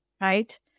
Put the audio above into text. right